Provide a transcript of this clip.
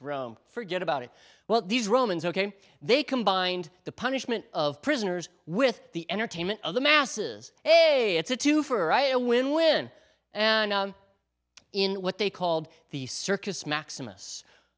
rome forget about it well these romans ok they combined the punishment of prisoners with the entertainment of the masses it's a twofer i when when and in what they called the circus maximus